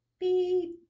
Beep